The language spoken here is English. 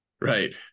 right